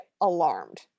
alarmed